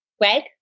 Greg